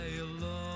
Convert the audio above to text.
alone